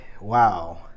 wow